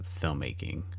filmmaking